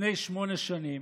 לפני שמונה שנים,